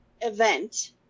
event